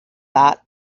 that